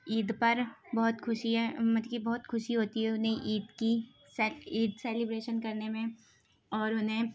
عید پر بہت خوشیے امت کی بہت خوشی ہوتی ہے انھیں عید کی عید سیلیبریشن کرنے میں اور انھیں